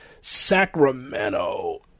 Sacramento